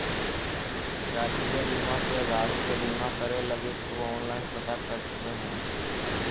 राष्ट्रीय बीमा से गाड़ी के बीमा करे लगी तु ऑनलाइन पता कर सकऽ ह